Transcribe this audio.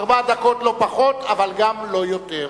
ארבע דקות, לא פחות, אבל גם לא יותר.